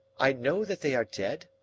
i know that they are dead,